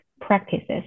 practices